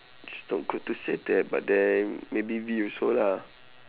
it's not good to say that but then maybe me also lah